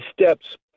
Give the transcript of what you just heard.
steps